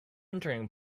entering